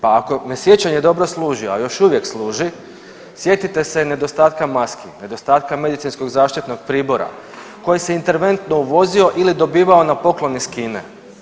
Pa ako me sjećanje dobro služi, a još uvijek služi sjetite se nedostatka maski, nedostatka medicinskog zaštitnog pribora koji se interventno uvozio ili dobivao na poklon iz Kine.